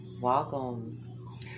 welcome